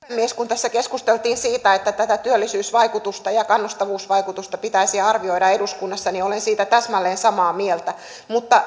puhemies kun tässä keskusteltiin siitä että tätä työllisyysvaikutusta ja kannustavuusvaikutusta pitäisi arvioida eduskunnassa niin olen siitä täsmälleen samaa mieltä mutta